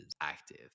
active